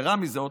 יתרה מזו,